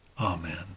Amen